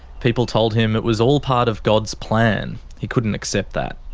people told him it was all part of god's plan. he couldn't accept that.